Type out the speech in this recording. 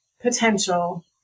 potential